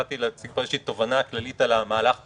באתי להציג, ראשית, תובנה כללית על המהלך כולו.